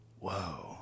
Whoa